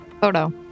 photo